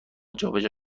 جابجا